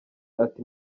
ati